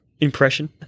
impression